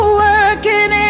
working